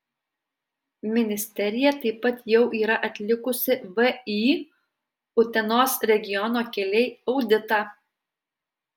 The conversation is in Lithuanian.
ministerija taip pat jau yra atlikusi vį utenos regiono keliai auditą